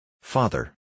Father